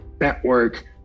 network